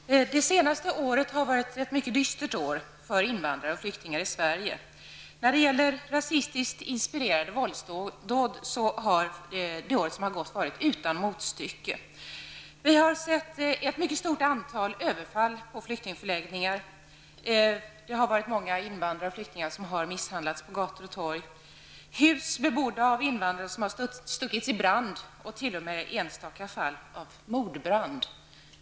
Herr talman! Det senaste året har varit ett mycket dystert år för invandrare och flyktingar i Sverige. När det gäller rasistiskt inspirerade våldsdåd har det år som gått varit utan motstycke. Ett mycket stort antal överfall på flyktingförläggningar har ägt rum. Många invandrare och flyktingar har misshandlats på gator och torg. Hus bebodda av invandrare har stuckits i brand. I enstaka fall har det t.o.m. varit fråga om mordbrand.